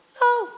No